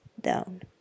down